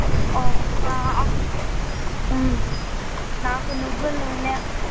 ఒక హఫ్ నాకు నువ్వుల నూనె